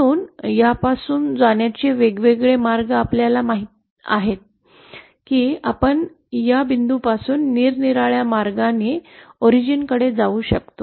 म्हणून यापासून जाण्याचे वेगवेगळे मार्ग आपल्याला माहित आहे की आपण या बिंदूपासून निरनिराळ्या मार्गांनी मूळ कडे जाऊ शकतो